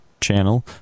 channel